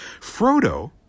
Frodo